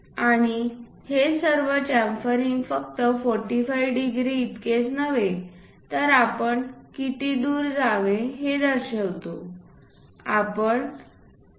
आणि हे सर्व च्याम्फरिंग फक्त 45 डिग्री इतकेच नव्हे तर आपण किती दूर जावे हे दर्शवितो आपण 0